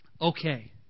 Okay